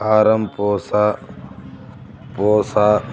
కారం పోస పోస